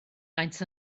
maent